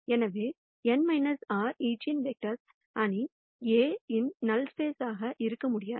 எனவே இந்த n r eigenvectors அணி A இன் நல் ஸ்பேஸ்இருக்க முடியாது